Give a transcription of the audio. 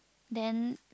then